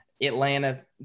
Atlanta